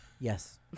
Yes